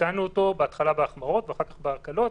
תיקנו אותו בהתחלה בהחמרות ואחר כך בהקלות